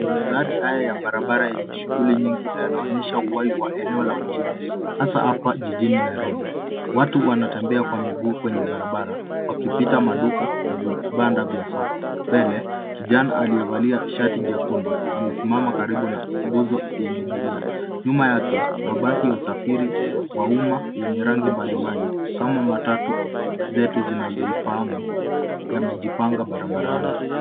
Mandhari haya ya barabara yenye shughuli nyingi yanaonyesha uhai wa eneo la mjini hasaa hapa jijini Nairobi. Watu wanatembea kwa miguu kwenye barabara wakipita maduka na vibanda vya soko. Mbele kijana aliyevalia shati jekundu amesimama karibu na nguzo yenye milia. Nyuma yake, mabasi ya usafiri wa umma yenye rangi mbalimbali kama matatu zetu zinazo ifahamu yamejipanga barabarani.